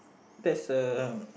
that's a